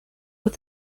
with